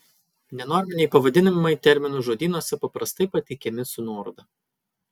nenorminiai pavadinimai terminų žodynuose paprastai pateikiami su nuoroda